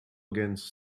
against